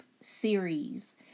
series